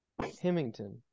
Hemington